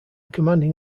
commanding